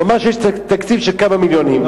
הוא אמר שיש תקציב של כמה מיליונים.